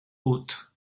haute